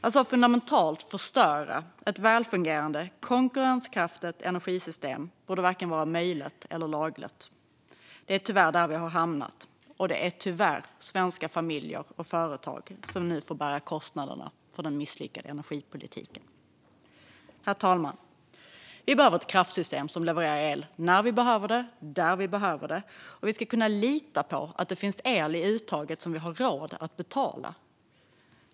Att så fundamentalt förstöra ett välfungerande och konkurrenskraftigt energisystem borde varken vara möjligt eller lagligt. Det är dock tyvärr där vi har hamnat, och det är tyvärr svenska familjer och företag som nu får bära kostnaderna för den misslyckade energipolitiken. Herr talman! Vi behöver ett kraftsystem som levererar el när vi behöver den och där vi behöver den. Vi ska kunna lita på att det finns el i uttaget som vi har råd att betala.